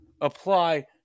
apply